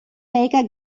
baker